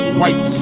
white